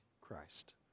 Christ